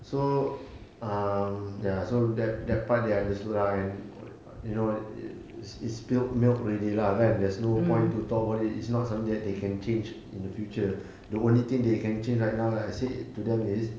so um ya so that that part they understood lah you know what it's it's spilt milk ready lah kan like there's no point to talk about it it's not something they can change in the future the only thing that they can change right now like I said to them is